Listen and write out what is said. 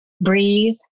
breathe